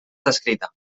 descrita